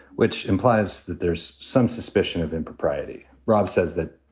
which implies that there's some suspicion of impropriety. rob says that,